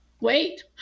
wait